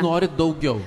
norit daugiau